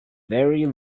very